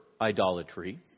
idolatry